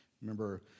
Remember